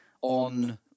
on